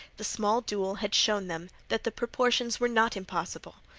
the small duel had showed them that the proportions were not impossible,